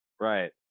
Right